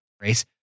race